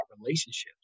relationships